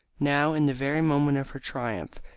now, in the very moment of her triumph,